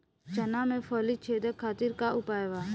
चना में फली छेदक खातिर का उपाय बा?